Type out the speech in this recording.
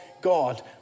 God